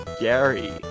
Gary